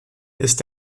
ist